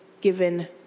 given